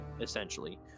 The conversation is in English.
essentially